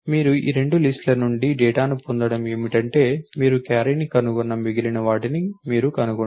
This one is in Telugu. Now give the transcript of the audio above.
మీరు ఈ రెండు లిస్ట్ ల నుండి డేటాను పొందడం ఏమిటంటే మీరు క్యారీని కనుగొన్న మిగిలిన వాటిని మీరు కనుగొంటారు